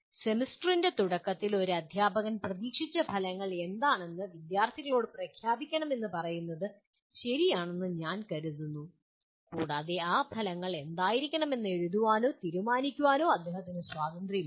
സെമസ്റ്ററിൻ്റെ തുടക്കത്തിൽ ഒരു അദ്ധ്യാപകൻ പ്രതീക്ഷിച്ച ഫലങ്ങൾ എന്താണെന്ന് വിദ്യാർത്ഥികളോട് പ്രഖ്യാപിക്കണമെന്ന് പറയുന്നത് ശരിയാണെന്ന് ഞാൻ കരുതുന്നു കൂടാതെ ആ ഫലങ്ങൾ എന്തായിരിക്കണമെന്ന് എഴുതാനോ തീരുമാനിക്കാനോ അദ്ദേഹത്തിന് സ്വാതന്ത്ര്യമുണ്ട്